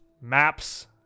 maps